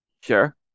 sure